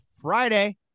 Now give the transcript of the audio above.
Friday